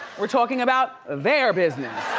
we're talking about their business.